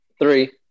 Three